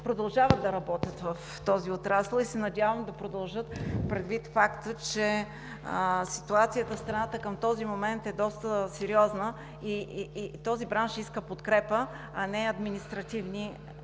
продължават да работят в този отрасъл и се надявам да продължат, предвид факта, че ситуацията в страната към момента е доста сериозна. Този бранш иска подкрепа, а не административни